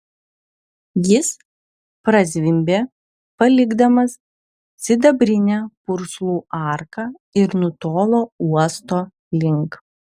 jis prazvimbė palikdamas sidabrinę purslų arką ir nutolo uosto link